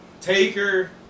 Taker